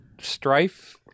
Strife